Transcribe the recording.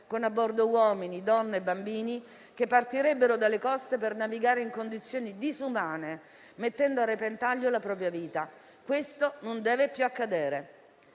con a bordo uomini, donne e bambini, che partirebbero dalle coste per navigare in condizioni disumane mettendo a repentaglio la propria vita. Questo non deve più accadere.